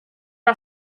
are